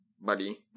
buddy